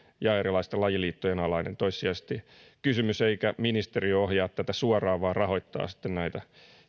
ja erilaisten lajiliittojen alainen toissijaisesti eikä ministeriö ohjaa tätä suoraan vaan rahoittaa näitä